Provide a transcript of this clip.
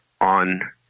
on